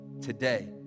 today